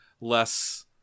less